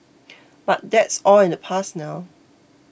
but that's all in the past now